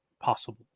possible